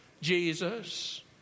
Jesus